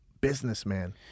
businessman